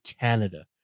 Canada